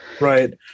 Right